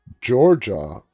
Georgia